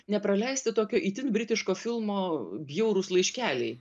nepraleisti tokio itin britiško filmo bjaurūs laiškeliai